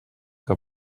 que